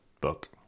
Book